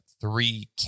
three